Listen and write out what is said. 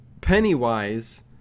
Pennywise